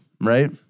right